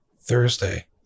Thursday